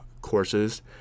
courses